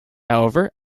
however